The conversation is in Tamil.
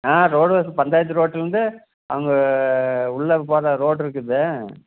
ஆ ரோடு பஞ்சாயத்து இருக்குது ரோட்லேந்து அங்கே உள்ளக்க போகி ற ரோடு இருக்குது